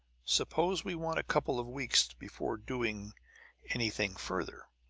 suppose we want a couple of weeks before doing anything further?